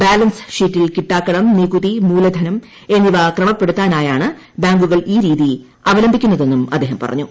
balance ഷീറ്റിൽ കിട്ടാക്കടം നികുതി മൂലധനം എന്നിവ ക്രമപ്പെടുത്താനായാണ് ബാങ്കുകൾ ഈ രീതി അവലംബിക്കുന്നതെന്നും അദ്ദേഹം പറഞ്ഞു